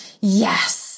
Yes